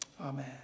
Amen